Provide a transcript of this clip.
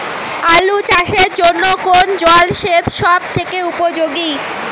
আলু চাষের জন্য কোন জল সেচ সব থেকে উপযোগী?